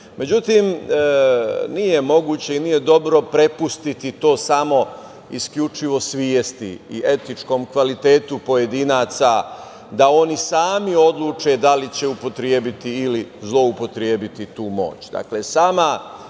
moć.Međutim, nije moguće i nije dobro prepustiti to samo isključivo svesti i etičkom kvalitetu pojedinaca da oni sami odluče da li će upotrebiti ili zloupotrebiti tu moć.